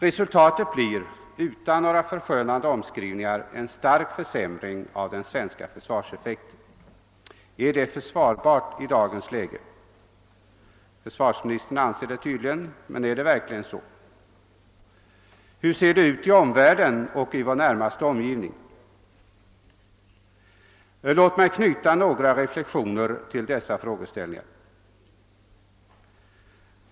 Resultatet blir utan några förskönande omskrivningar en stark försämring av den svenska försvarseffekten. Är detta rimligt i dagens läge? Försvarsministern anser det tydligen, men är det verkligen så? Hur ser det ut i omvärlden och i vår närmaste omgivning? Låt mig knyta några reflexioner till dessa frågeställningar.